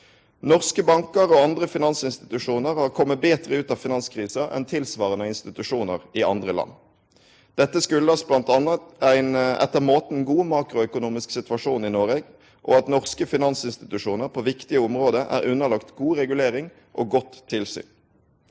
Norske bankar og andre finansinstitusjonar har komme betre ut av finanskrisa enn tilsvarande institusjonar i andre land. Dette har bl.a. si årsak i ein etter måten god makroøkonomisk situasjon i Noreg, og at norske finansinstitusjonar på viktige område er underlagde god regulering og godt tilsyn.